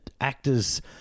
actors